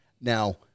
Now